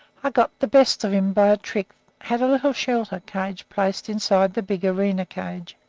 i got the best of him by a trick had a little shelter cage placed inside the big arena cage,